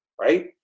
right